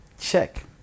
check